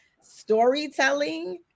storytelling